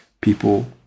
people